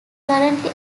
currently